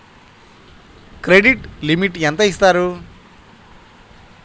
Credit limit ఎంత ఇస్తారు?